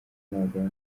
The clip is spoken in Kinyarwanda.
n’abagabo